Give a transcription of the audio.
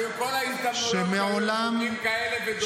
כל ההזדמנויות שהיו לחוקים כאלה ודומים להם,